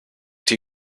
two